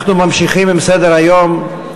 אנחנו ממשיכים בסדר-היום,